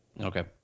Okay